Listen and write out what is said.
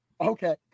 Okay